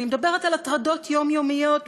ואני מדברת על הטרדות יומיומיות,